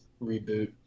reboot